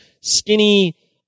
skinny